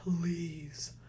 Please